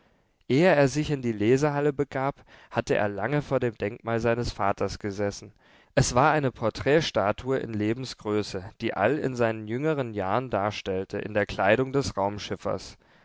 ehe er sich in die lesehalle begab hatte er lange vor dem denkmal seines vaters gesessen es war eine porträtstatue in lebensgröße die all in seinen jüngeren jahren darstellte in der kleidung des